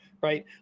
right